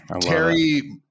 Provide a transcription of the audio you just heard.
Terry